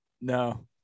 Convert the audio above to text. No